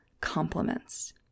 compliments